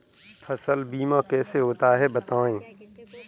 फसल बीमा कैसे होता है बताएँ?